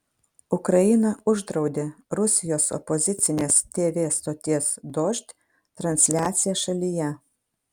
ukraina uždraudė rusijos opozicinės tv stoties dožd transliaciją šalyje